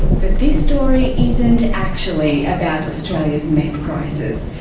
but this story isn't actually about australia's meth crisis.